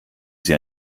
sie